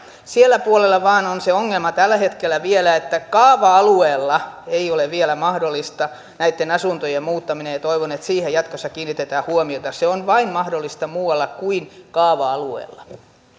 sillä puolella vain on se ongelma tällä hetkellä että kaava alueella ei ole vielä mahdollista näitten asuntojen muuttaminen ja toivon että siihen jatkossa kiinnitetään huomiota se on mahdollista vain muualla kuin kaava alueella